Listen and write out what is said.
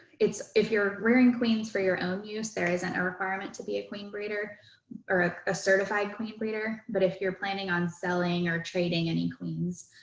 it's if you're rearing queens for your own use there isn't a requirement to be a queen breeder or ah a certified queen breeder. but if you're planning on selling or trading any queens,